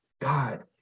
God